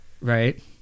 Right